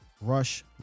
rush